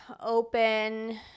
open